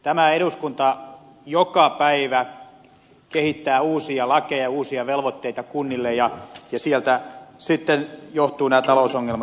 tämä eduskunta joka päivä kehittää uusia lakeja uusia velvoitteita kunnille ja sieltä sitten johtuvat nämä talousongelmatkin pitkälti